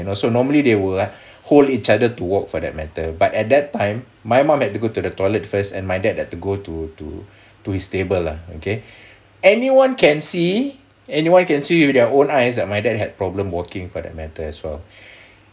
you know so normally they will ah hold each other to walk for that matter but at that time my mom had to go to the toilet first and my dad had to go to to his table lah okay anyone can see anyone can see you their own eyes that my dad had problem walking for that matter as well